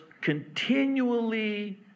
continually